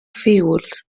fígols